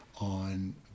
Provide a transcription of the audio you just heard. on